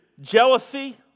jealousy